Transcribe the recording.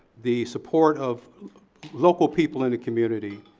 the support of local people in the community.